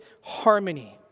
harmony